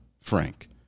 Frank